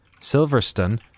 Silverstone